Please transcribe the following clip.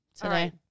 today